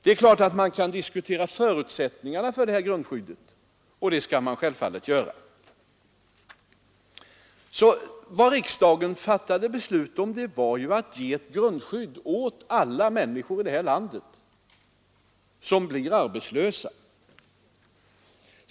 Det är klart att man kan diskutera förutsättningarna för detta grundskydd, och det skall man självfallet göra. Riksdagen fattade alltså beslut om att ge ett grundskydd åt alla människor här i landet som blir arbetslösa.